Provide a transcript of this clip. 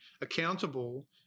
accountable